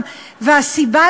והסיבה,